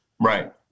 Right